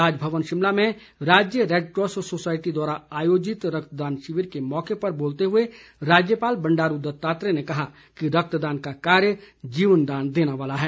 राजभवन शिमला में राज्य Red Cross Society द्वारा आयोजित रक्तदान शिविर के मौके पर बोलते हुए राज्यपाल बंडारू दत्तात्रेय ने कहा कि रक्तदान का कार्य जीवनदान देने वाला है